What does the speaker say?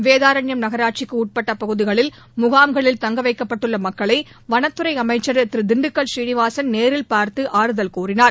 வேதாரண்யம் நகராட்சிக்கு உட்பட்ட பகுதிகளில் முகாம்களில் தங்க வைக்கப்பட்டுள்ள மக்களை வனத்துறை அமைச்சர் திரு திண்டுக்கல் சீனிவாசன் நேரில் பார்த்து ஆறுதல் கூறினார்